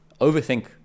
overthink